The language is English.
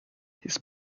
his